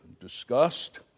discussed